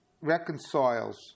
reconciles